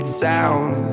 sound